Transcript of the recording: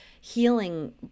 healing